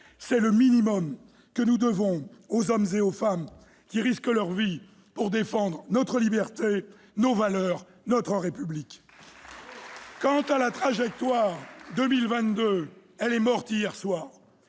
C'est le minimum que nous devons aux hommes et aux femmes qui risquent leur vie pour défendre notre liberté, nos valeurs, notre République. Quant à la trajectoire 2018-2022, elle est morte hier soir.